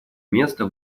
место